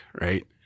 Right